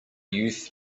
youth